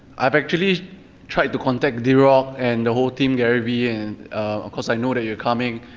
i've actually tried to contact drock and the whole thing, gary vee, and of course i know that you're coming,